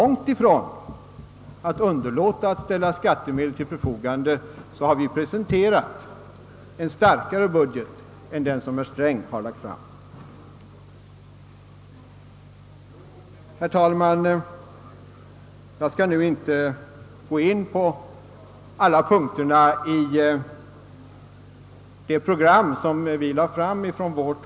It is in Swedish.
Jag vill påminna om det faktum, som finansministern själv vitsordat, att vi har presenterat en starkare budget än herr Sträng. Herr talman! Jag skall inte gå in på alla punkter i det program som vi lade fram före valet.